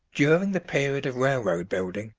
during the period of railroad building,